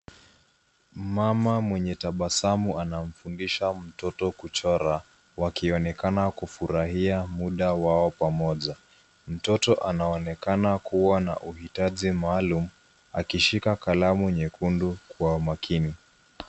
Mama mwenye tabasamu anamfundisha mtoto kuchora. Wakionekana kufurahia muda wao pamoja. Mtoto anaonekana kuwa na uhitaji maalum, akishika kalamu nyekundu kwa makini.